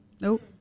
Nope